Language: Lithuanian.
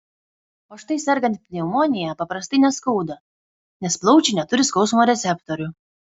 o štai sergant pneumonija paprastai neskauda nes plaučiai neturi skausmo receptorių